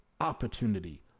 opportunity